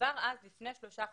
כבר אז לפני שלושה חודשים,